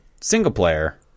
single-player